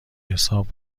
حساب